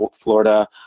Florida